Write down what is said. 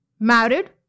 Married